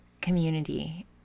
community